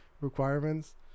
requirements